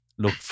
look